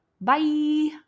Bye